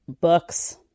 books